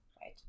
right